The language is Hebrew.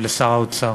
לשר האוצר: